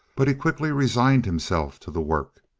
but he quickly resigned himself to the work.